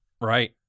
Right